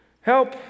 Help